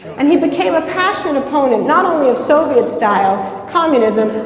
and he became a passion opponent, not only of soviet style communism,